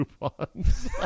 coupons